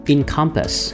Encompass